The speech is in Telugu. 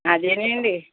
అదేనండి